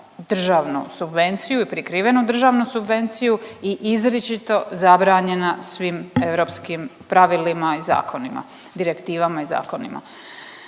državnu subvenciju i prikrivenu državnu subvenciju i izričito zabranjena svim europskim pravilima i zakonima, direktivama i zakonima.